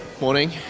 Morning